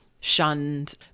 shunned